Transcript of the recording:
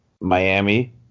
Miami